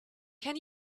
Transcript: can